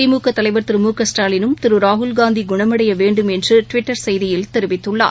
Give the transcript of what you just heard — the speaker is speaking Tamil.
திமுகதலைவர் திரு மு க ஸ்டாலினும் திருராகுல்ஷாந்திகுணமடையவேண்டும் என்றடுவிட்டர் செய்தியில் கூறியுள்ளார்